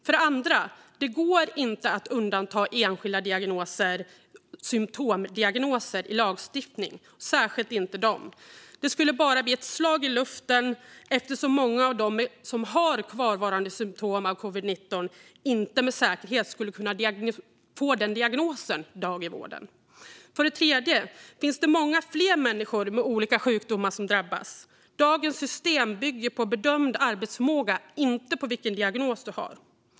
För det andra går det inte att undanta enskilda diagnoser, symtomdiagnoser, i lagstiftning, särskilt inte dessa. Det skulle bara bli ett slag i luften eftersom många av dem som har kvarvarande symtom av covid-19 inte med säkerhet skulle kunna få den diagnosen i dag i vården. För det tredje finns det många fler människor med olika sjukdomar som drabbas. Dagens system bygger på bedömd arbetsförmåga, inte på vilken diagnos du har.